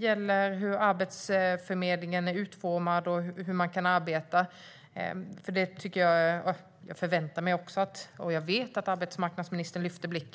gäller arbetsförmedlingens utformning och hur man kan arbeta. Jag förväntar mig, och jag vet, att arbetsmarknadsministern lyfter blicken.